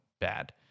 bad